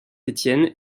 étienne